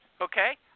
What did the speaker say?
okay